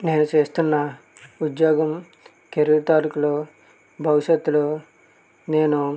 నేను చేస్తున్న ఉద్యోగం కెరీర్ తాలూక్లో భవిష్యత్తులో నేను